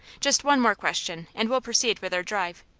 just one more question and we'll proceed with our drive.